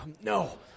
no